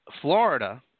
Florida